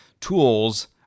tools